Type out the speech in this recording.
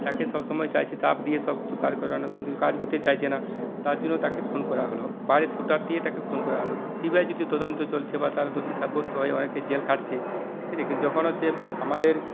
তাকে সবসময় চাইছে চাপ দিয়ে সবকিছু কাজ করানো কিন্তু কাজ করতে চাইছে না তার জন্য তাকে খুন করা হল বারে শুটার দিয়ে তাকে খুন করা হলো সিবিআই যদিও তদন্ত চলছে বা তারা দোষী সাব্যস্ত হয়ে অনেকে জেল খাটছে ঠিক আছে কিন্তু তখন হচ্ছে আমাদের